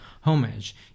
homage